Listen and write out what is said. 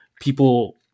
people